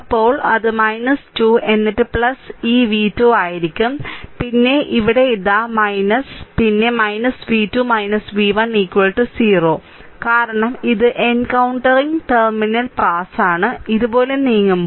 അപ്പോൾ അത് 2 എന്നിട്ട് ഈ v 2 ആയിരിക്കും പിന്നെ ഇവിടെ ഇതാ പിന്നെ v 2 v 1 0 കാരണം ഇത് എൻകൌണ്ടറിങ് ടെർമിനൽ പാസ് ഇതുപോലെ നീങ്ങുമ്പോൾ